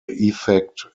effect